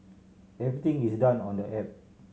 everything is done on the app